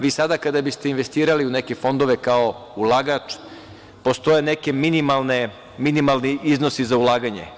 Vi sada kada biste investirali u neke fondove kao ulagač, postoje neki minimalni iznosi za ulaganje.